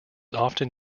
often